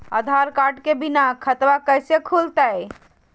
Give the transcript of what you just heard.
आधार card के बिना खाताबा कैसे खुल तय?